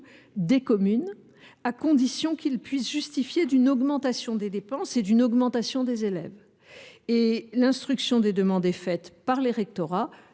les communes, à condition que celles ci puissent justifier d’une augmentation des dépenses et du nombre d’élèves. L’instruction des demandes est faite par les rectorats.